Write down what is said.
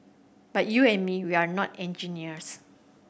but you and me we're not engineers